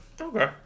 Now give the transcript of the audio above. Okay